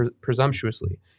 presumptuously